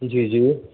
जी जी